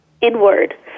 inward